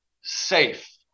safe